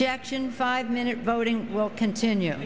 jackson five minute voting will continue